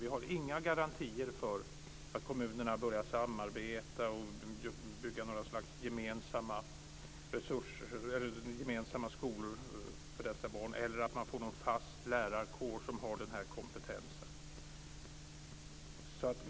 Vi har inte garantier för att kommunerna börjar samarbeta och bygga upp några slags gemensamma skolor för dessa barn eller för att de får en fast lärarkår med den kompetens som krävs.